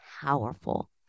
powerful